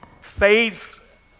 faith